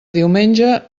diumenge